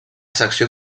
secció